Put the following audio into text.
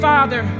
Father